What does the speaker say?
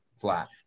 flat